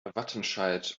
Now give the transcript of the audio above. wattenscheid